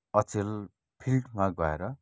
अचेल फिल्डमा गएर